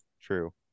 True